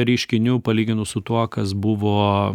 reiškinių palyginus su tuo kas buvo